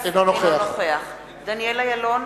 אינו נוכח דניאל אילון,